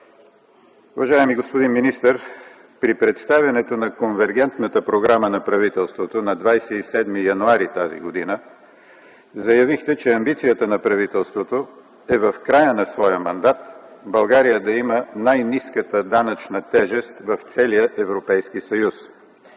„Уважаеми господин министър, при представянето на Конвергентната програма на правителството на 27 януари т.г. заявихте, че амбицията на правителството е в края на своя мандат България да има най-ниската данъчна тежест в целия Европейския съюз.